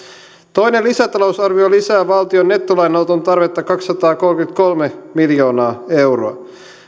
toinen lisätalousarvio lisää valtion nettolainanoton tarvetta kaksisataakolmekymmentäkolme miljoonaa euroa